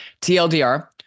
TLDR